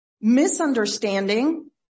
misunderstanding